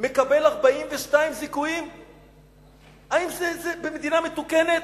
מקבל 42 זיכויים במדינה מתוקנת?